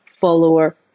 follower